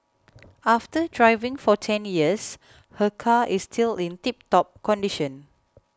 after driving for ten years her car is still in tiptop condition